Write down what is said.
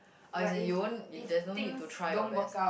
oh as in you won't there's no need to try your best